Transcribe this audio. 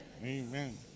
Amen